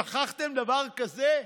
שכחתם דבר כזה?